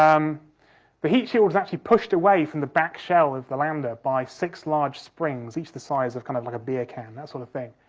um the heat shield was actually pushed away from the back shell of the lander by six large springs, each the size of kind of like a beer can, that sort of thing.